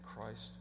Christ